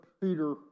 Peter